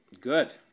good